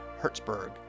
Hertzberg